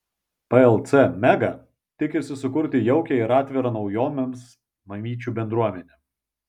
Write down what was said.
plc mega tikisi sukurti jaukią ir atvirą naujovėms mamyčių bendruomenę